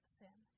sin